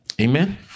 Amen